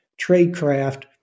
tradecraft